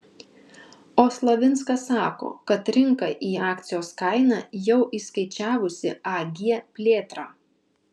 o slavinskas sako kad rinka į akcijos kainą jau įskaičiavusi ag plėtrą